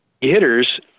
hitters